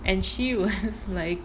and she was like